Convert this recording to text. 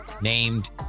named